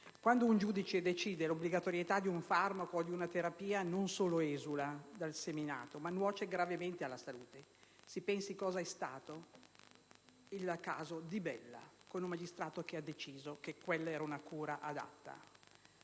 Quando un giudice decide l'obbligatorietà di un farmaco o di una terapia non solo esula dal seminato, ma nuoce gravemente alla salute. Si pensi cosa è stato il caso Di Bella, con un magistrato che ha deciso che quella era una cura adatta.